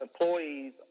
employees